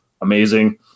amazing